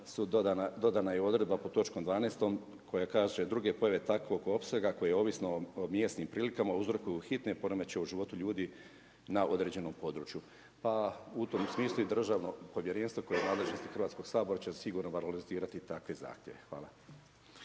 su dodana je odredba pod točkom 12 koja kaže druge pojave takvog opsega koje ovisno o mjesnim prilikama uzrokuju hitne poremećaje u životu ljudi na određenom području. Pa u tom smislu i državno povjerenstvo koje je u nadležnosti Hrvatskog sabora će sigurno valorizirati takve zahtjeve. Hvala.